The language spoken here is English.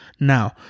Now